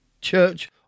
Church